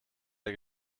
der